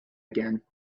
again